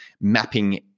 mapping